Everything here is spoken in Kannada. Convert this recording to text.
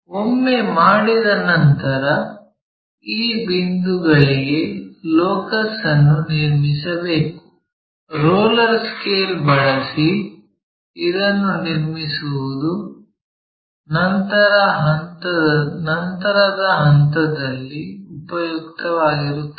ಒಮ್ಮೆ ಮಾಡಿದ ನಂತರ ಈ ಬಿಂದುಗಳಿಗೆ ಲೋಕಸ್ ಅನ್ನು ನಿರ್ಮಿಸಬೇಕು ರೋಲರ್ ಸ್ಕೇಲ್ ಬಳಸಿ ಇದನ್ನು ನಿರ್ಮಿಸುವುದು ನಂತರದ ಹಂತದಲ್ಲಿ ಉಪಯುಕ್ತವಾಗಿರುತ್ತದೆ